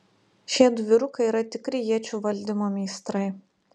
šiedu vyrukai yra tikri iečių valdymo meistrai